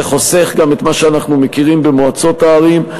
שחוסך גם את מה שאנחנו מכירים במועצות הערים.